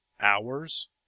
hours